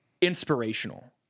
inspirational